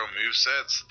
movesets